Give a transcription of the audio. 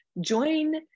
join